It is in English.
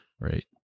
right